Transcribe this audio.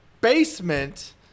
basement